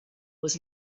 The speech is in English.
was